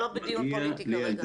אנחנו לא דיון פוליטי כרגע.